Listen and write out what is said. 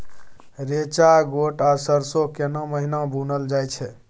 रेचा, गोट आ सरसो केना महिना बुनल जाय छै?